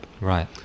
Right